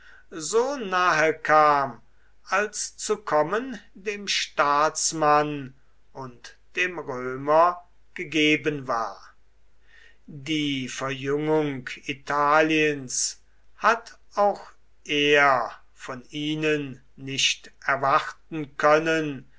so nahe kam als zu kommen dem staatsmann und dem römer gegeben war die verjüngung italiens hat auch er von ihnen nicht erwarten können